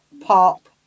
pop